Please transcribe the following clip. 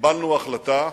קיבלנו החלטה,